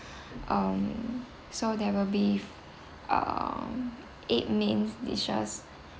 um so there will be uh eight main dishes